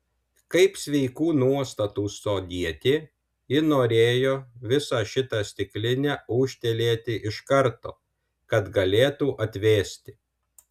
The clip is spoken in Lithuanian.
kaip sveikų nuostatų sodietė ji norėjo visą šitą stiklinę ūžtelėti iš karto kad galėtų atvėsti